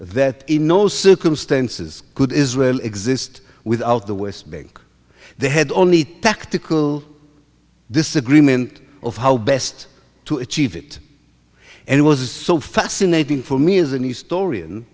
that in no circumstances could israel exist without the west bank they had only tactical disagreement of how best to achieve it and it was so fascinating for me as a news story